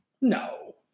No